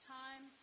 time